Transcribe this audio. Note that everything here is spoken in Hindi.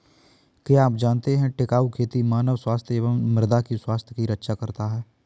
क्या आप जानते है टिकाऊ खेती मानव स्वास्थ्य एवं मृदा की स्वास्थ्य की रक्षा करता हैं?